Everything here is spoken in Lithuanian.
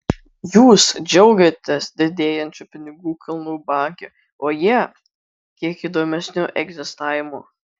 jūs džiaugiatės didėjančiu pinigų kalnu banke o jie kiek įdomesniu egzistavimu